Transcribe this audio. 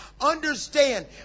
Understand